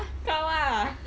kau ah